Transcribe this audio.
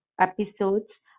episodes